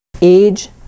Age